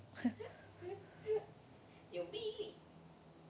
有魅力